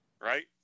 Right